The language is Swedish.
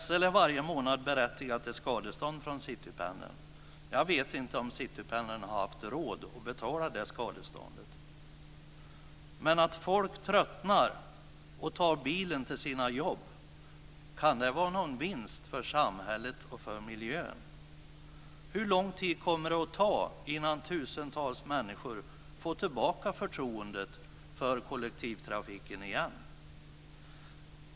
SL är varje månad berättigat till skadestånd från Citypendeln. Jag vet inte om Citypendeln har haft råd att betala det skadeståndet. Men att folk tröttnar och tar bilen till sina jobb, kan det vara någon vinst för samhället och miljön? Hur lång tid kommer det att ta innan tusentals människor får tillbaka förtroendet för kollektivtrafiken?